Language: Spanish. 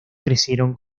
crecieron